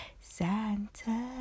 Santa